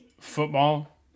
football